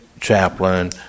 chaplain